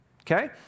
Okay